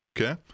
Okay